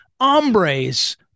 hombres